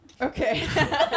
Okay